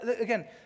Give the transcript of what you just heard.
Again